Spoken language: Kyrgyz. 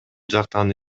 жактан